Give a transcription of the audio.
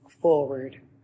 forward